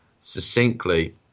succinctly